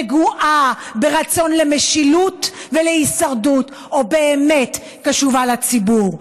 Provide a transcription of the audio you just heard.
נגועה ברצון למשילות ולהישרדות או באמת קשובה לציבור?